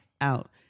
out